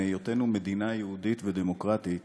את היותנו מדינה יהודית ודמוקרטית,